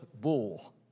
bull